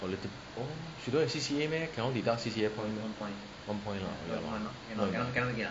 a little oh she don't have C_C_A meh cannot deduct C_C_A point meh one point lah